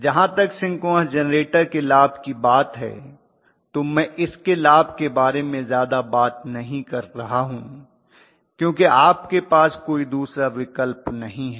जहां तक synchronous generator के लाभ की बात है तो मैं इसके लाभ के बारे में ज्यादा बात नहीं कर रहा हूं क्योंकि आपके पास कोई दूसरा विकल्प नहीं है